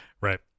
Right